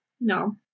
No